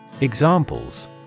Examples